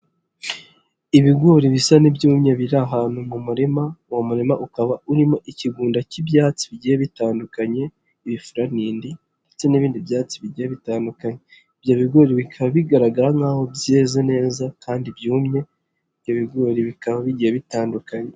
Ibigori bisa n'ibyumye biri ahantu mu murima, uwo murima ukaba urimo ikigunda cy'ibyatsi bigiye bitandukanye ibifurantindi ndetse n'ibindi byatsi bijya bitandukanye, ibyo bigori bikaba bigaragara nk'aho byeze neza kandi byumye ibyo bigori bikaba bigiye bitandukanye.